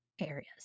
areas